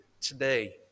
today